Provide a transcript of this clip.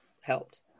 helped